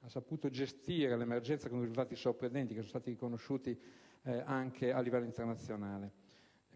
ha saputo gestire l'emergenza con risultati sorprendenti, come è stato riconosciuto anche a livello internazionale.